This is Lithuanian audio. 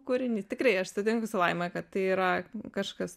kūrinį tikrai aš sutinku su laima kad tai yra kažkas